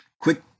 quick